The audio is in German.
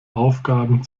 aufgaben